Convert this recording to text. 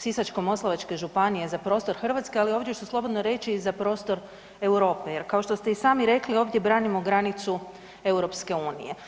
Sisačko-moslavačke županije za prostor Hrvatske, ali ovdje ću slobodno reći i za prostor Europe, jer kao što ste i sami rekli ovdje branimo granicu Europske unije.